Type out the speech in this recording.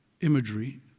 imagery